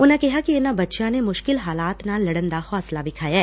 ਉਨੂਾਂ ਕਿਹਾ ਕਿ ਇਨੂਾਂ ਬੱਚਿਆਂ ਨੇ ਮੁਸ਼ਕਿਲ ਹਾਲਾਤ ਨਾਲ ਲਤਨ ਦਾ ਹੌਂਸਲਾ ਵਿਖਾਇਐ